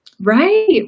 Right